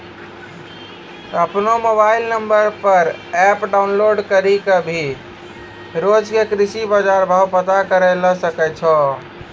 आपनो mobile number पर app download करी कॅ भी रोज के कृषि बाजार भाव पता करै ल सकै छो